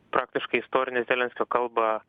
praktiškai istorinę zelenskio kalbą